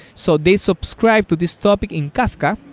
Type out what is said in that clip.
so they subscribe to this topic in kafka,